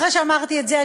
אחרי שאמרתי את זה,